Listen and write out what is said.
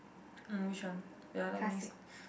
mm which one wait ah let me